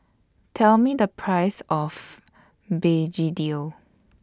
Tell Me The Price of Begedil